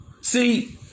See